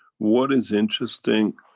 what is interesting